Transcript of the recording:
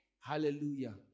Hallelujah